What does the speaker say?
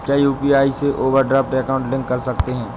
क्या यू.पी.आई से overdraft account link कर सकते हैं?